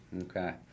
Okay